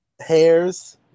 hairs